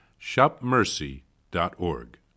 shopmercy.org